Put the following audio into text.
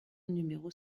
numéro